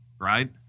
Right